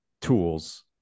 tools